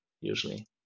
usually